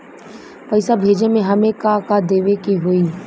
पैसा भेजे में हमे का का देवे के होई?